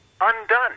undone